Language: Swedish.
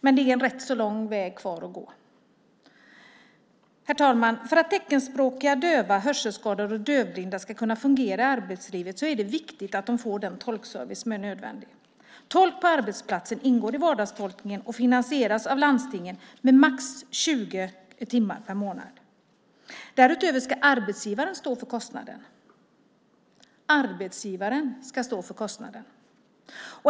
Men det är en rätt lång väg kvar att gå. Herr talman! För att teckenspråkiga döva, hörselskadade och dövblinda ska kunna fungera i arbetslivet är det viktigt att de får den tolkservice som är nödvändig. Tolk på arbetsplatsen ingår i vardagstolkningen och finansieras av landstingen med max 20 timmar per månad. Därutöver ska arbetsgivaren stå för kostnaden. Arbetsgivaren ska stå för kostnaden!